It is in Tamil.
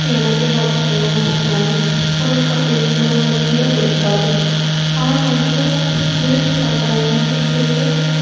இப்போ எனக்கே பார்த்துகோங்கன்னா வச்சுகோங்களேன் முருங்கைக்கா முருங்கை கீரை பிடிக்காது ஆனால் நான் இப்போது விரும்பி சாப்பிடுறேன் அந்த முருங்கை கீரையில்